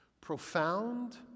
Profound